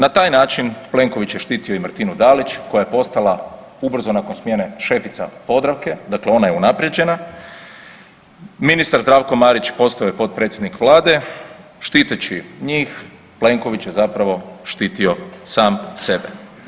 Na taj način Plenković je štitio i Martinu Dalić koja je postala ubrzo nakon smjene šefica Podravke, dakle ona je unaprijeđena, ministar Zdravko Marić postao je potpredsjednik vlade, štiteći njih Plenković je zapravo štitio sam sebe.